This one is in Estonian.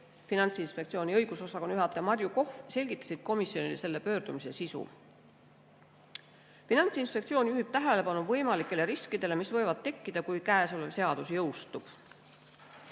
Finantsinspektsiooni õigusosakonna juhataja Marju Kohv selgitasid komisjonile selle pöördumise sisu. Finantsinspektsioon juhib tähelepanu võimalikele riskidele, mis võivad tekkida, kui kõnealune seadus jõustub.